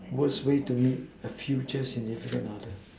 worst way to meet a future significant others